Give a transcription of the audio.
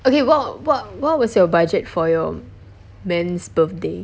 okay what what what was your budget for your man's birthday